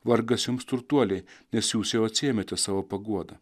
vargas jums turtuoliai nes jūs jau atsiėmėte savo paguodą